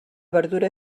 verdura